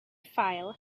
file